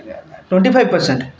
twenty five percent